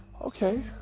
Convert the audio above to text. okay